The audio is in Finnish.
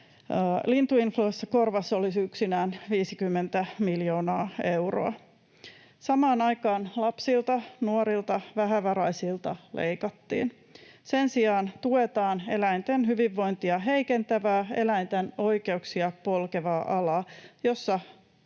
Lintuinfluenssakorvaus oli yksinään 50 miljoonaa euroa. Samaan aikaan lapsilta, nuorilta, vähävaraisilta leikattiin. Sen sijaan tuetaan eläinten hyvinvointia heikentävää, eläinten oikeuksia polkevaa alaa, jossa